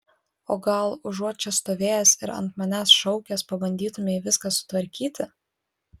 o gal užuot čia stovėjęs ir ant manęs šaukęs pabandytumei viską sutvarkyti